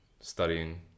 studying